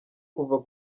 kuva